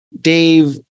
Dave